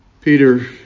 Peter